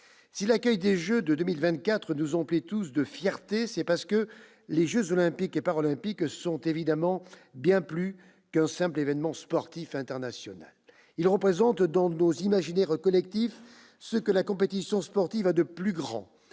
Si l'accueil des Jeux de 2024 nous emplit tous de fierté, c'est parce que les jeux Olympiques et Paralympiques sont évidemment bien plus qu'un simple événement sportif international. Ils représentent, dans nos imaginaires collectifs, ce que la compétition sportive a de plus grand